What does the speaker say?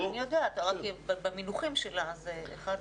אני יודעת, במונחים שלה זה שאחת